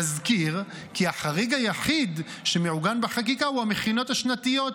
נזכיר כי החריג היחיד שמעוגן בחקיקה הוא המכינות השנתיות,